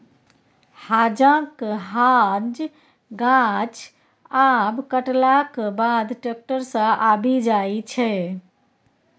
हांजक हांज गाछ आब कटलाक बाद टैक्टर सँ आबि जाइ छै